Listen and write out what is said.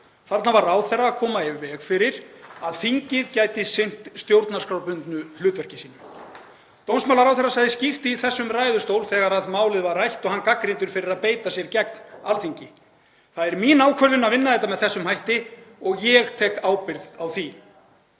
Þarna var ráðherra að koma í veg fyrir að þingið gæti sinnt stjórnarskrárbundnu hlutverki sínu. Dómsmálaráðherra sagði skýrt í þessum ræðustól, þegar málið var rætt og hann gagnrýndur fyrir að beita sér gegn Alþingi: „… það er mín ákvörðun að vinna þetta með þessum hætti og ég tek ábyrgð á því.“